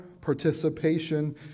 participation